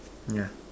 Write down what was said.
yeah